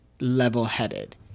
level-headed